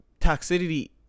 toxicity